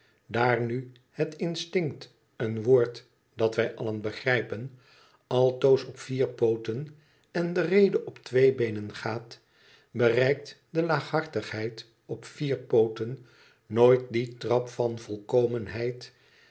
daar nu het instinct een woord dat wij allen begrijpen altoos op vier pooten en de rede op twee beenen gaat bereikt de laaghartigheid op vier pooten nooit dien trap van